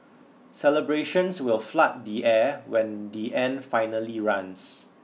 celebrations will flood the air when the end finally runs